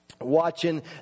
watching